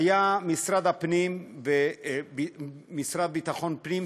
היו משרד הפנים והמשרד לביטחון הפנים,